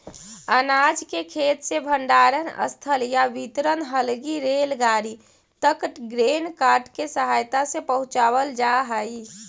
अनाज के खेत से भण्डारणस्थल या वितरण हलगी रेलगाड़ी तक ग्रेन कार्ट के सहायता से पहुँचावल जा हई